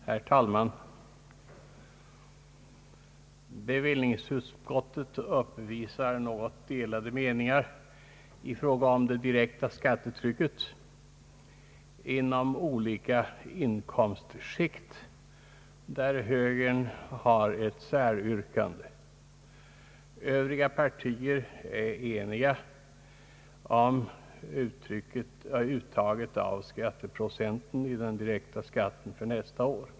Herr talman! = Bevillningsutskottet uppvisar något delade meningar i fråga om det direkta skattetrycket inom olika inkomstskikt, och moderata samlingspartiet har där ett säryrkande. Övriga partier är eniga om uttaget av skatteprocenten i den direkta skatten för nästa år.